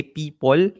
people